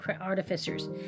Artificers